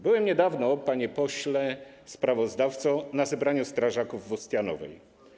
Byłem niedawno, panie pośle sprawozdawco, na zebraniu strażaków w Ustianowej.